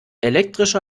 elektrische